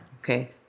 Okay